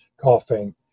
coughing